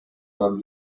vingt